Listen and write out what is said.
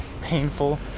painful